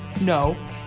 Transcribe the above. No